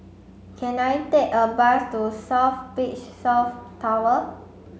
can I take a bus to South Beach South Tower